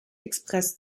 express